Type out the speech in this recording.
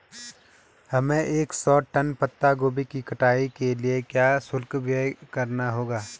हमें एक सौ टन पत्ता गोभी की कटाई के लिए क्या शुल्क व्यय करना होगा?